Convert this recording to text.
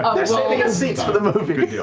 seats for the movie.